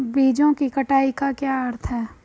बीजों की कटाई का क्या अर्थ है?